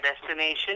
destination